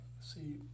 See